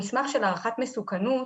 המסמך של הערכת מסוכנות